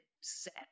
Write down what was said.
set